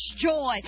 joy